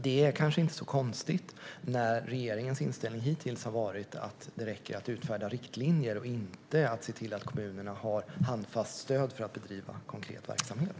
Detta är kanske inte så konstigt när regeringens inställning hittills har varit att det räcker att utfärda riktlinjer - det handlar inte om att se till att kommunerna har handfast stöd för att bedriva konkret verksamhet.